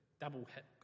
double-hit